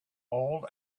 old